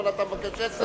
אבל אתה מבקש עשר,